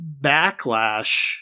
backlash